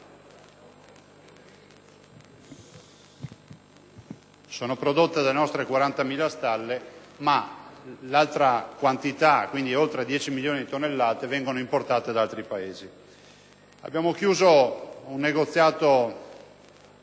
sono prodotte dalle nostre 40.000 stalle, ma l'altra quantità, oltre 10 milioni di tonnellate, viene importata da altri Paesi. Abbiamo chiuso un negoziato